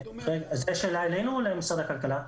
זאת שאלה אלינו או למשרד הכלכלה?